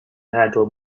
handle